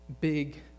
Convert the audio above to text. big